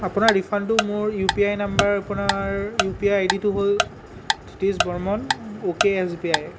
আপোনাৰ ৰিফাণ্ডটো মোৰ ইউ পি আই নাম্বাৰ আপোনাৰ ইউ পি আই আই ডিটো হ'ল Dhritish Barman okay S B আই